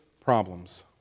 problems